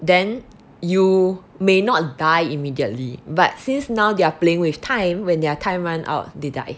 then you may not die immediately but since now they are playing with time when their time run out they die